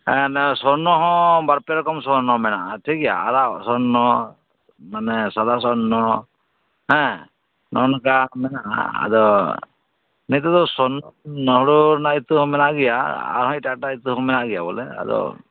ᱥᱚᱨᱱᱚ ᱦᱚᱸ ᱵᱟᱨᱯᱮ ᱨᱚᱠᱚᱢ ᱥᱚᱨᱱᱚ ᱢᱮᱱᱟᱜᱼᱟ ᱴᱷᱤᱠ ᱜᱮᱭᱟ ᱟᱨᱟᱜ ᱥᱚᱨᱱᱚ ᱢᱟᱱᱮ ᱥᱟᱫᱟ ᱥᱚᱨᱱᱚ ᱦᱮᱸ ᱱᱚᱜ ᱱᱚᱝᱠᱟ ᱢᱮᱱᱟᱜᱼᱟ ᱟᱫᱚ ᱱᱤᱛᱚᱜ ᱫᱚ ᱥᱚᱨᱱᱳ ᱨᱮᱭᱟᱜ ᱤᱛᱟᱹ ᱦᱚᱸ ᱢᱮᱱᱟᱜ ᱜᱮᱭᱟ ᱟᱨᱦᱚᱸ ᱮᱴᱟᱜ ᱮᱴᱟᱜ ᱤᱛᱟᱹ ᱦᱚᱸ ᱢᱮᱱᱟᱜ ᱜᱮᱭᱟ ᱵᱳᱞᱮ ᱟᱫᱚ